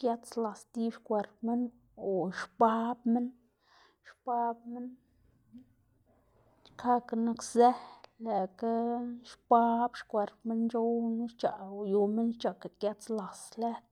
gëdzlas idib xkwerp minn o xbab minn, xbab minn, xkakga nak zë lëꞌkga xbab xkwerp minn c̲h̲ow minnu xc̲h̲aꞌ yu minn xc̲h̲aꞌga gëdzlas lëd.